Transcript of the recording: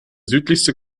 südlichste